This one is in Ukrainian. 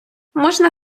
можна